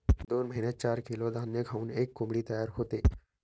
दोन महिन्यात चार किलो धान्य खाऊन एक किलो कोंबडी तयार होते